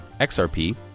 XRP